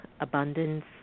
abundance